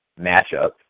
matchup